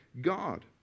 God